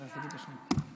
אנחנו עכשיו בהסתייגות, צודק.